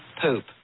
poop